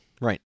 Right